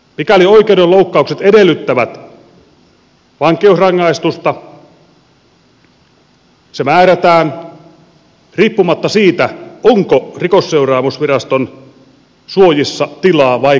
mikäli oikeudenloukkaukset edellyttävät vankeusrangaistusta se määrätään riippumatta siitä onko rikosseuraamusviraston suojissa tilaa vai eikö ole